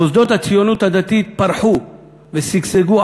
ומוסדות הציונות הדתית פרחו ושגשגו,